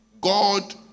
God